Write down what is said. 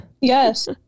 yes